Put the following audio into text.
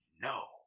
No